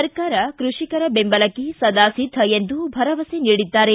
ಸರ್ಕಾರ ಕೃಷಿಕರ ಬೆಂಬಲಕ್ಕೆ ಸದಾ ಸಿದ್ದ ಎಂದು ಭರವಸೆ ನೀಡಿದ್ದಾರೆ